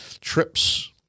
trips